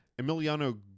Emiliano